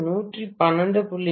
5 0